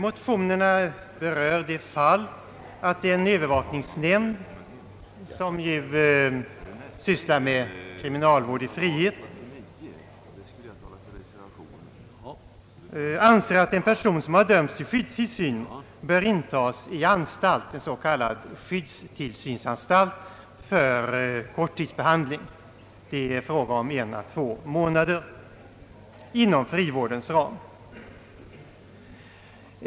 Motionerna berör de fall då en övervakningsnämnd, som ju sysslar med kriminalvård i frihet, anser att en person som har dömts till skyddstillsyn bör intagas på anstalt, s.k. skyddstillsynsanstalt, för korttidsbehandling. Det är fråga om en å två månader inom frivårdens ram.